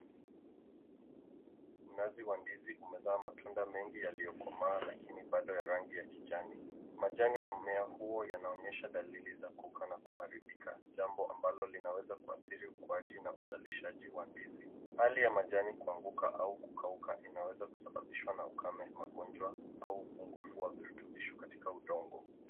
Mnazi wa ndizi umezaa matunda mengi yaliyokomaa lakini bado ya rangi ya kijani. Majani ya mmea huo yanaonyesha dalili za kukauka na kuharibika, jambo ambalo linaweza kuathiri ukuaji na uzalishazi wa ndizi. Hali ya majani kuanguka au kukauka inaweza kusababishwa na ukame, magonjwa, au upunguvu wa virutubisho katika udongo.